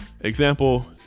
Example